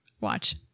Watch